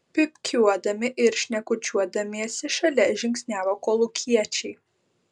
pypkiuodami ir šnekučiuodamiesi šalia žingsniavo kolūkiečiai